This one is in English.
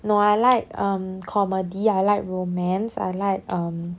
no I like um comedy I like romance I like um